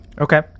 Okay